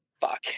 Fuck